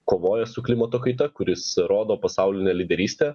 kovoja su klimato kaita kuris rodo pasaulinę lyderystę